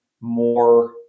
more